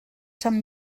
sant